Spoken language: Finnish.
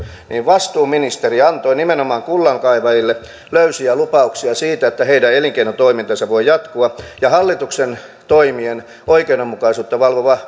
vastuuministeri antoi nimenomaan kullankaivajille löysiä lupauksia siitä että heidän elinkeinotoimintansa voi jatkua ja hallituksen toimien oikeudenmukaisuutta valvova